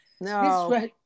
No